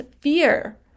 fear